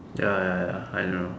ya ya ya I know